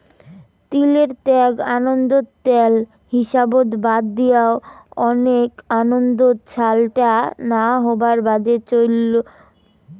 তিলের ত্যাল আন্দার ত্যাল হিসাবত বাদ দিয়াও, ওনেক আন্দাত স্যালটা না হবার বাদে চইল হই